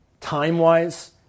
Time-wise